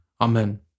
Amen